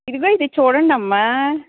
ఇదిగో ఇది చూడండమ్మా